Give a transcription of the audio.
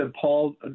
Paul